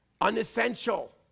unessential